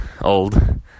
old